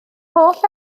holl